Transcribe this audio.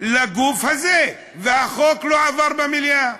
לגוף הזה, והחוק לא עבר במליאה.